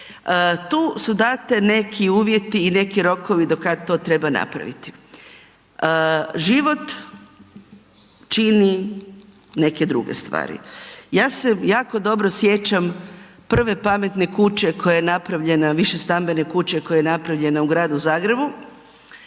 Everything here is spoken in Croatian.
Tu su dani neki uvjeti i neki rokovi do kad to treba napraviti. Život čini neke druge stvari. Ja se jako dobro sjećam prve pametne kuće koja je napravljena, više stambene kuće koja je napravljena u gradu Zagrebu.